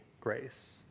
grace